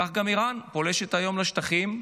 כך גם איראן פולשת היום לשטחים,